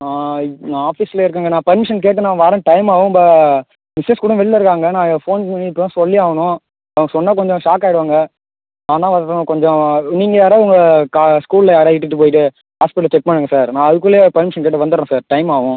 இ நான் ஆஃபீஸ்ல இருக்கேங்க நான் பர்மிஷன் கேட்டு நான் வரேன் டைம் ஆகும் ப மிஸ்ஸஸ் கூட வெளில இருக்காங்கள் நான் ஃபோன் பண்ணி இப்போ தான் சொல்லி ஆகணும் நான் சொன்னால் கொஞ்சம் ஷாக் ஆயிடுவாங்கள் நான் தான் வரணும் கொஞ்சம் நீங்கள் யாராவது கா ஸ்கூல்ல யாராக இட்டிட்டு போய்ட்டு ஹாஸ்பிட்டல்ல செக் பண்ணுங்கள் சார் நான் அதுக்குள்ளே பர்மிஷன் கேட்டு வந்துடுறேன் சார் டைம் ஆகும்